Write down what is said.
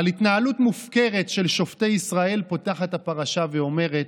על התנהלות מופקרת של שופט ישראל פותחת הפרשה ואומרת: